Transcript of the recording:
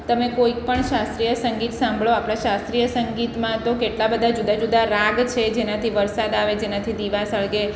તમે કોઈ પણ શાસ્ત્રીય સંગીત સાંભળો આપણે શાસ્ત્રીય સંગીતમાં તો કેટલા બધા જુદા જુદા રાગ છે જેનાથી વરસાદ આવે જેનાથી દીવા સળગે